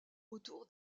autour